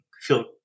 feel